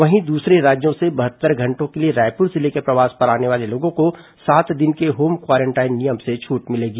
वहीं दूसरे राज्यों से बहत्तर घंटों के लिए रायपुर जिले के प्रवास पर आने वाले लोगों को सात दिन के होम क्वारेंटाइन नियम से छूट मिलेगी